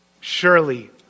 Surely